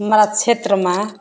हमरा क्षेत्रमे